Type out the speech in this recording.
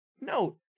no